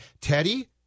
Teddy